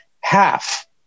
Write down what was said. half